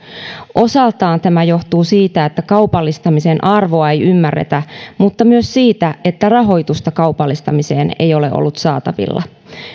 osaltaan tämä johtuu siitä että kaupallistamisen arvoa ei ymmärretä mutta myös siitä että rahoitusta kaupallistamiseen ei ole ollut saatavilla